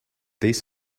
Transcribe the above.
these